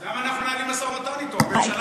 אז למה אנחנו מנהלים משא-ומתן אתו, הממשלה שלך?